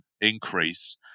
increase